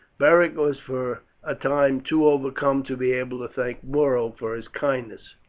beric was for a time too overcome to be able to thank muro for his kindness.